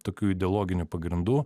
tokių ideologinių pagrindų